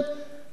לא.